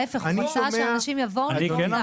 להפך, הוא רוצה שאנשים יבואו לתרום דם.